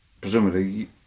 presumably